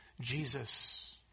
Jesus